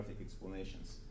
explanations